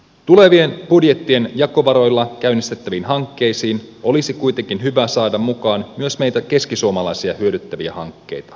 tulevien budjettien jakovaroilla käynnistettäviin hankkeisiin olisi kuitenkin hyvä saada mukaan myös meitä keskisuomalaisia hyödyttäviä hankkeita